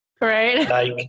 Right